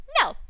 no